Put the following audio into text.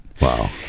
Wow